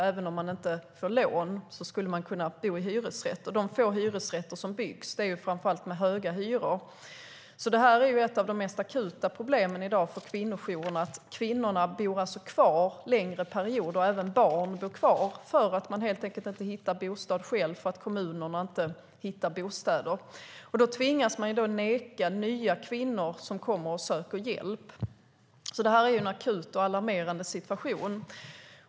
Även om man inte får lån skulle man kunna bo i hyresrätt, men de få hyresrätter som byggs är framför allt sådana med höga hyror. Ett av de mest akuta problemen för kvinnojourerna är att kvinnorna bor kvar längre perioder, även barn bor kvar, för att de själva inte hittar bostad och inte heller kommunerna. Därför tvingas kvinnojourerna säga nej till nya kvinnor som kommer och söker hjälp. Det är alltså en akut och alarmerande situation.